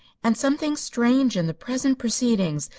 and something strange in the present proceedings,